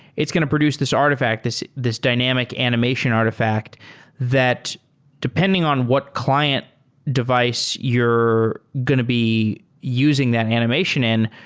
it's going to produce this artifact, this this dynamic animation artifact that depending on what client device you're going to be using that animation in,